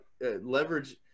leverage